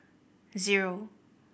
zero